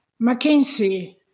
McKinsey